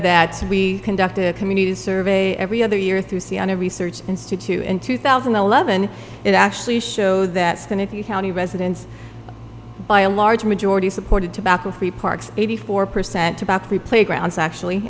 that we conducted a community survey every other year through c n n research institute in two thousand and eleven it actually showed that and if you county residents by a large majority supported tobacco three parks eighty four percent about three playgrounds actually